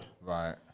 Right